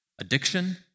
addiction